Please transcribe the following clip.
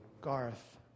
Garth